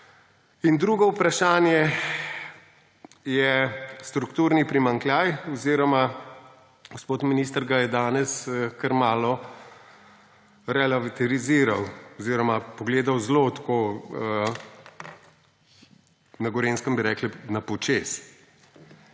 Drugo vprašanje je strukturni primanjkljaj oziroma gospod minister ga je danes kar malo relativiziral oziroma pogledal zelo tako, na Gorenjskem bi rekli na počez.